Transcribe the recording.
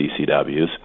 CCWs